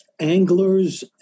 anglers